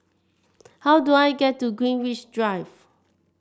how do I get to Greenwich Drive